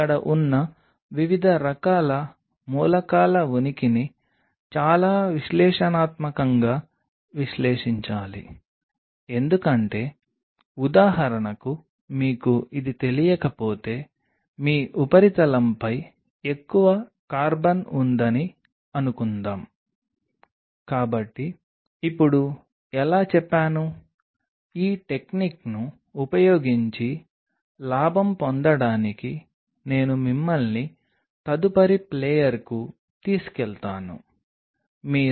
మొదట మీరు భౌతిక ఉపరితల విశ్లేషణ చేయాలి రెండవ విషయం ఏమిటంటే ఈ ఉపరితలంపై ఒక నీటి చుక్కను ఉంచండి మరియు ఉపరితలంపై పడిన నీటి చుక్క ఎలా వ్యాపించిందో చూడండి అది ఇలాగే ఉంటుందా లేదా ఇలా వ్యాపిస్తుందా లేదా ఇలా వ్యాపిస్తుందా ఇది